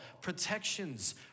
protections